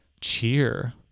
cheer